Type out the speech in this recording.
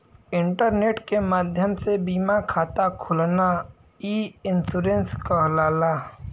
internet के माध्यम से बीमा खाता खोलना ई इन्शुरन्स कहलाला